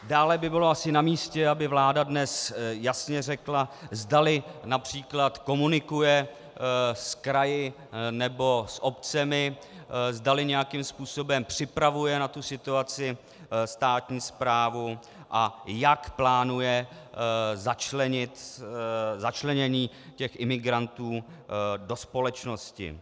Dále by bylo asi namístě, aby vláda dnes jasně řekla, zdali například komunikuje s kraji nebo s obcemi, zdali nějakým způsobem připravuje na tu situaci státní správu a jak plánuje začlenění imigrantů do společnosti.